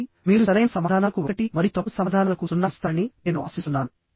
కాబట్టి మీరు సరైన సమాధానాలకు ఒకటి మరియు తప్పు సమాధానాలకు సున్నా ఇస్తారని నేను ఆశిస్తున్నాను